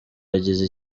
yagize